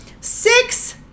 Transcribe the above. six